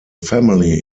family